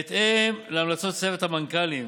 בהתאם להמלצות צוות המנכ"לים,